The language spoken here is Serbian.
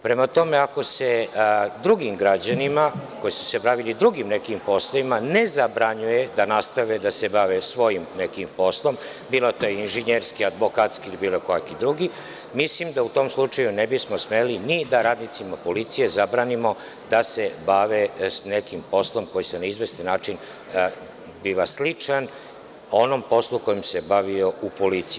Prema tome, ako se drugim građanima koji su se bavili nekim drugim poslovima ne zabranjuje da nastave da se bave svojim nekim poslovima, bilo da je inženjerski, advokatski, bilo kakvi drugi, mislim da u tom slučaju ne bismo smeli ni da radnicima policije zabranimo da se bave nekim poslom koji je na izvestan način sličan onom poslu kojim se bavio u policiji.